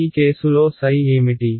ఈ కేసులో ఏమిటి